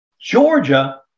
Georgia